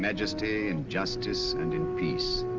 majesty, and justice, and in peace.